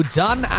done